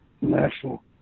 national